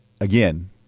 Again